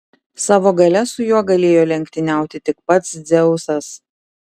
savo galia su juo galėjo lenktyniauti tik pats dzeusas